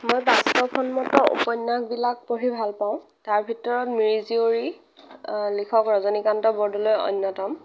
মই বাস্তৱসন্মত উপন্যাসবিলাক পঢ়ি ভাল পাওঁ তাৰ ভিতৰত মিৰি জীয়ৰী লিখক ৰজনীকান্ত বৰদলৈ অন্যতম